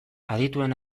adituen